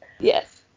Yes